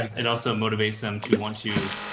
it also motivates them to want to.